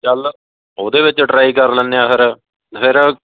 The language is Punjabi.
ਚੱਲ ਉਹਦੇ ਵਿੱਚ ਟਰਾਈ ਕਰ ਲੈਂਦੇ ਆ ਫਿਰ